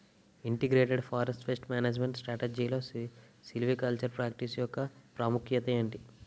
Integrated forest pest management స్ట్రాటజీలో silvicultural practice యెక్క ప్రాముఖ్యత ఏమిటి??